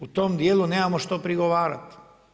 U tom dijelu nemamo što prigovarati.